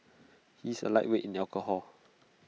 he is A lightweight in alcohol